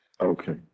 Okay